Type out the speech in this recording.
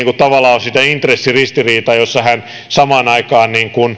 tavallaan ole sitä intressiristiriitaa jos hän samaan aikaan